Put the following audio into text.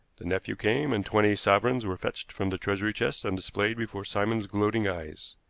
the nephew came, and twenty sovereigns were fetched from the treasury chest and displayed before simon's gloating eyes.